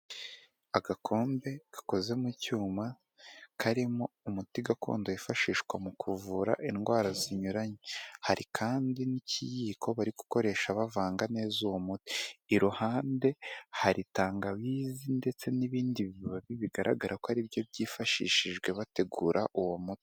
Agakombe gakoze mu cyuma karimo umuti gakondo wifashishwa mu kuvura indwara zinyuranye hari kandi n'ikiyiko bari gukoresha bavanga neza uwo muti iruhande hari tangawizi ndetse n'ibindi bibabi bigaragara ko aribyo byifashishijwe bategura uwo muti.